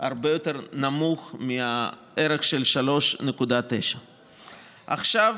הרבה יותר נמוך מהערך של 3.9. עכשיו,